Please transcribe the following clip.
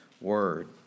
word